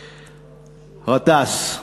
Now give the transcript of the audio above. גטאס.